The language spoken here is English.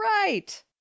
right